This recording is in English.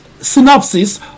synopsis